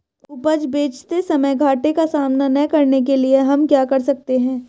उपज बेचते समय घाटे का सामना न करने के लिए हम क्या कर सकते हैं?